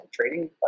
trading